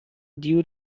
due